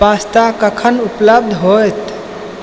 pasta कखन उपलब्ध हैत